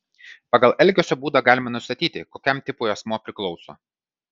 pagal elgesio būdą galima nustatyti kokiam tipui asmuo priklauso